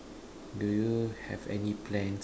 do you have any plans